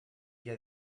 via